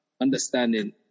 understanding